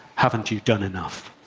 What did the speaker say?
haven't you done enough?